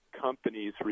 companies